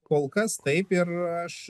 kol kas taip ir aš